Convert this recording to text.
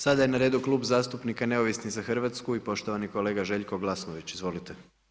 Sada je na redu Klub zastupnika Neovisni za Hrvatsku i poštovani kolega Željko Glasnović, izvolite.